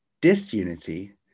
disunity